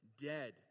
dead